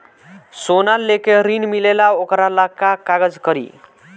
सोना लेके ऋण मिलेला वोकरा ला का कागज लागी?